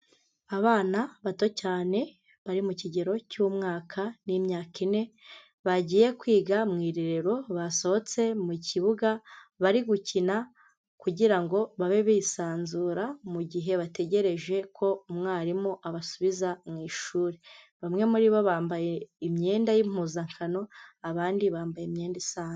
Abana bato cyane bari mu kigero cy'umwaka n'imyaka ine, bagiye kwiga mu irerero, basohotse mu kibuga, bari gukina kugira ngo babe bisanzura mu gihe bategereje ko umwarimu abasubiza mu ishuri, bamwe muri bo bambaye imyenda y'impuzankano, abandi bambaye imyenda isanzwe.